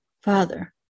Father